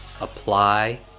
Apply